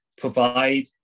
provide